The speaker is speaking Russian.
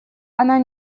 она